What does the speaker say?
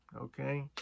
okay